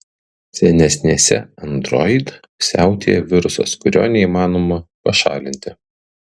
senesnėse android siautėja virusas kurio neįmanoma pašalinti